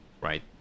Right